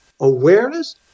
Awareness